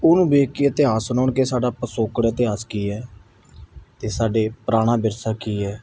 ਉਹਨੂੰ ਵੇਖ ਕੇ ਇਤਿਹਾਸ ਸੁਣਾਉਣ ਕਿ ਸਾਡਾ ਪਿਛੋਕੜ ਇਤਿਹਾਸ ਕੀ ਹੈ ਅਤੇ ਸਾਡੇ ਪੁਰਾਣਾ ਵਿਰਸਾ ਕੀ ਹੈ